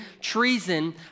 treason